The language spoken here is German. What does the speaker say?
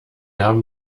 haben